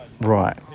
Right